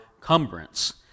cumbrance